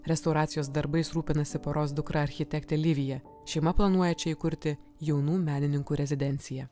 restauracijos darbais rūpinasi poros dukra architektė livija šeima planuoja čia įkurti jaunų menininkų rezidenciją